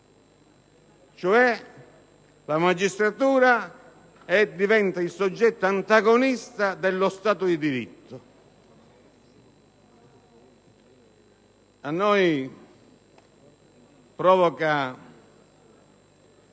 La magistratura, cioè, diventa il soggetto antagonista dello Stato di diritto. A noi provoca